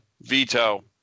Veto